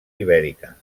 ibèrica